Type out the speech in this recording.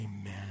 amen